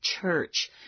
church